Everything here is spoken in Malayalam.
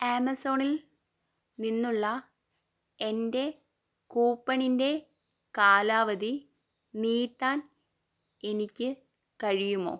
ആമസോണിൽ നിന്നുള്ള എൻ്റെ കൂപ്പണിൻ്റെ കാലാവധി നീട്ടാൻ എനിക്ക് കഴിയുമോ